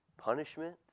punishment